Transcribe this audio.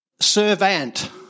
Servant